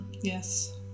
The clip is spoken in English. Yes